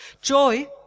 joy